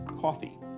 coffee